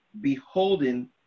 beholding